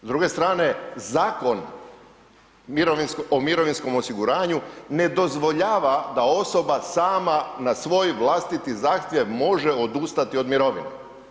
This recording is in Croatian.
S druge strane Zakon o mirovinskom osiguranju ne dozvoljava da osoba sama na svoj vlastiti zahtjev može odustati od mirovine.